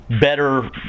better